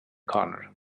corner